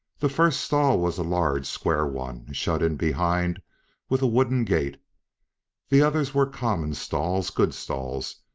the first stall was a large square one, shut in behind with a wooden gate the others were common stalls, good stalls,